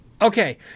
Okay